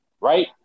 Right